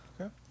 Okay